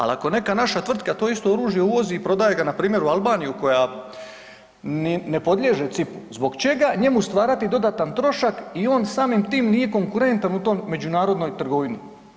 Al ako neka naša tvrtka to isto oružje uvozi i prodaje ga npr. u Albaniju koja ne podliježe C.I.P.-u, zbog čega njemu stvarati dodatan trošak i on samim tim nije konkurentan u toj međunarodnoj trgovini?